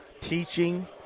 teaching